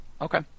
Okay